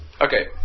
Okay